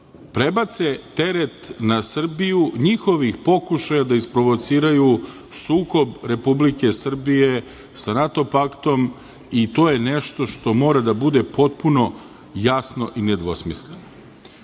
prebace teret na Srbiju njihovih pokušaja da isprovociraju sukob Republike Srbije sa NATO paktom. To je nešto što mora da bude potpuno jasno i nedvosmisleno. Niko